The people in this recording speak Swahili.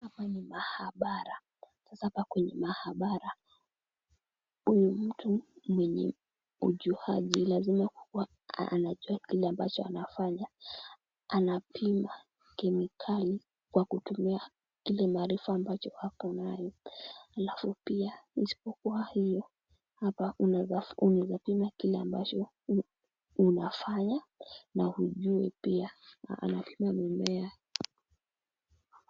Hapa ni maabara, sasa hapa kwenye maabara huyu mtu mwenye ujuwaji lazima kuwa anajuwa chenye anafanya anapima kemikali kwa kutumia Ile maarifa ako nayo. Halafu pia isipokuwa hayo hapa pia unaweza pima kile unafanya na ujuwe pia. Anapima mimea.